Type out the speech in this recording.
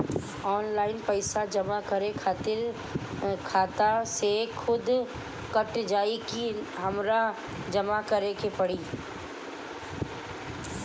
Online पैसा जमा करे खातिर खाता से खुदे कट जाई कि हमरा जमा करें के पड़ी?